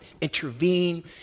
intervene